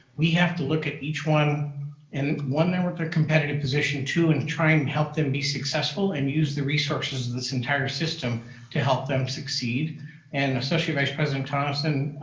we have to look at each one and when they work their competitive position too and try and help them be successful and use the resources of this entire system to help them succeed and associate vice president tonneson,